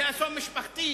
זה אסון משפחתי.